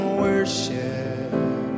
worship